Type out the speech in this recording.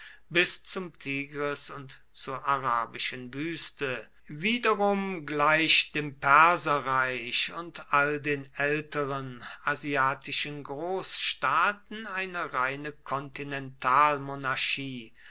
bis zum tigris und zur arabischen wüste wiederum gleich dem perserreich und all den älteren asiatischen großstaaten eine reine